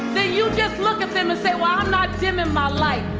then you just look at them and say, well, i'm not dimming my light.